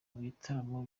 bitaramo